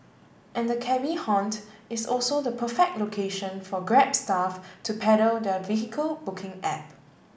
and the cabby haunt is also the perfect location for Grab staff to peddle their vehicle booking app